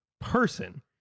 person